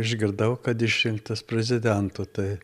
išgirdau kad išrinktas prezidentu tai